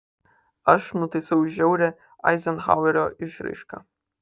aš nutaisau žiaurią eizenhauerio išraišką